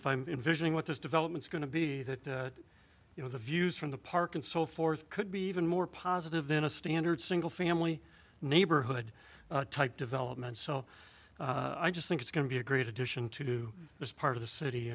if i'm envisioning what those developments going to be that you know the views from the park and so forth could be even more positive than a standard single family neighborhood type development so i just think it's going to be a great addition to this part of the city